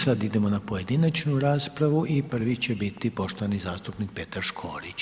Sada idemo na pojedinačnu raspravu i prvi će biti poštovani zastupnik Petar Škorić.